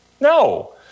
No